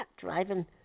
driving